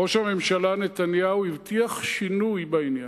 ראש הממשלה נתניהו הבטיח שינוי בעניין,